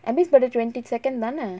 yembis birthday twenty second தான:thaana